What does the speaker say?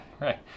right